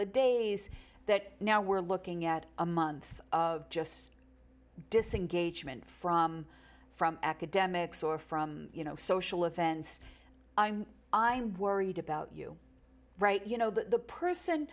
of days that now we're looking at a month of just disengagement from from academics or from you know social events i'm i'm worried about you right you know the person